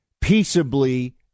peaceably